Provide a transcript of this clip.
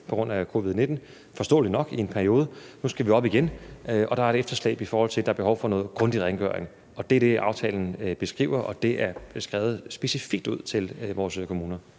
på grund af covid-19 i en periode, forståeligt nok. Nu skal vi op igen, og der er et efterslæb, hvor der er behov for noget grundig rengøring. Det er det, aftalen beskriver, og det er skrevet specifikt ud til vores kommuner.